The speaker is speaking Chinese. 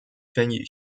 选举